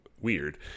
weird